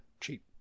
cheap